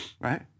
right